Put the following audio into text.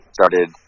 started